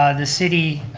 ah the city,